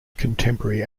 contemporary